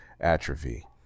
atrophy